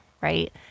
right